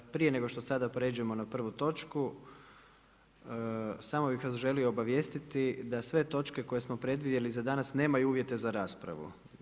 Prije nego što sada prijeđemo na prvu točku samo bih vas želio obavijestiti da sve točke koje smo predvidjeli za danas nemaju uvjete za raspravu.